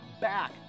back